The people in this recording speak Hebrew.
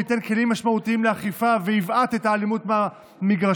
שייתן כלים משמעותיים לאכיפה ויבעט את האלימות מהמגרשים,